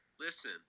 Listen